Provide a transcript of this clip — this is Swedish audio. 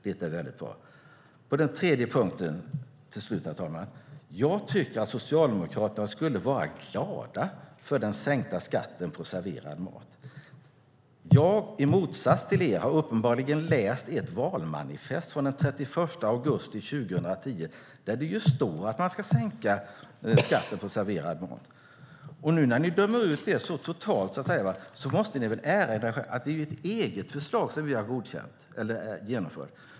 Det tredje till slut, herr talman, är att jag tycker att Socialdemokraterna skulle vara glada för den sänkta skatten på serverad mat. Uppenbarligen har jag i motsats till er läst ert valmanifest från den 31 augusti 2010 där det ju står att man ska sänka skatten på serverad mat. Nu när ni dömer ut det så totalt måste ni väl erinra er att det är ert eget förslag som vi har genomfört.